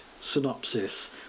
synopsis